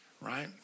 right